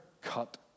cut